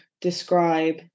describe